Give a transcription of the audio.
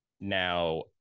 Now